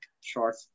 short